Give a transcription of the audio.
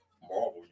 Marvel